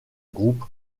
groupe